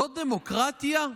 זאת דמוקרטיה?